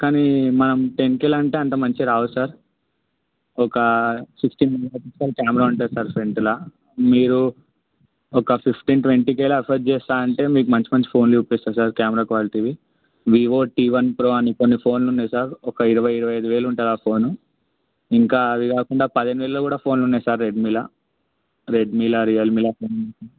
కానీ మనం ten K లో అంటే అంత మంచివి రావు సార్ ఒక సిక్సిటీన్ మెగాపిక్సెల్ కెమెరా ఉంటుంది సార్ ఫ్రెంటులో మీరు ఒక ఫిఫ్టీన్ ట్వంటీ కేలో ఆఫర్ చేస్తాను అంటే మీకు మంచి మంచి ఫోన్లు చూపిస్తాను సార్ కెమెరా క్వాలీటివి వివో టీ వన్ ప్రో అని కొన్ని ఫోన్లు ఉన్నాయి సార్ ఒక ఇరవై ఇరవై ఐదు వేలు ఉంటుంది ఆ ఫోన్ ఇంకా అవి కాకుండా పదిహేను వేలలో కూడా ఫోన్లు ఉన్నాయి సార్ రెడ్మీలో రెడ్మీలో రియల్మీలో ఫోన్